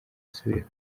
asubire